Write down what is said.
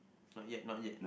not yet not yet